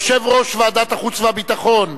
יושב-ראש ועדת החוץ והביטחון,